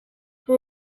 who